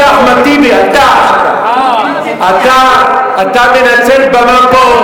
אתה, אחמד טיבי, אתה, אתה מנצל את הבמה פה.